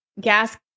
gas